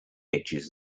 edges